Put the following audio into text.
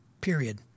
Period